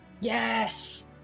Yes